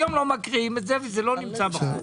היום לא מקריאים אותו וזה לא נמצא בחוק.